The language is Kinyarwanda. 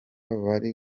bari